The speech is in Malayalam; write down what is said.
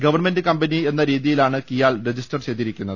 ഗവൺമെന്റ് കമ്പനി എന്ന രീതിയിലാണ് കിയാൽ രജിസ്റ്റർ ചെയ്തിരിക്കുന്നത്